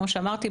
כמו שאמרתי,